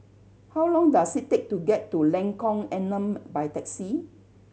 how long does it take to get to Lengkong Enam by taxi